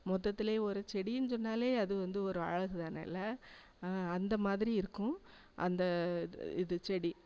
மொத்தத்துல ஒரு செடின்னு சொன்னாலே அது வந்து ஒரு அழகுதானே இல்லை அந்தமாதிரி இருக்கும் அந்த இது இது செடி